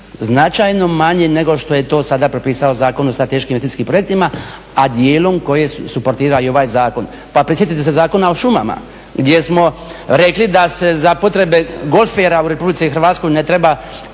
značajno manje nego što je to sada propisao Zakon o strateškim investicijskim projektima, a dijelom koje … i ovaj zakon. Pa prisjetite se zakona o šumama gdje smo rekli da se za potrebe golfera u RH ne treba